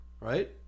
right